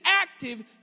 active